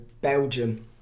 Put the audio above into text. Belgium